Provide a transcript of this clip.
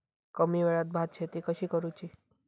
कमी वेळात भात शेती कशी करुची?